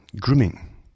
grooming